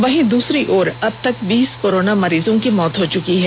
वहीं दूसरी ओर अब तक बीस कोरोना मरीजों की मौत हो चुकी है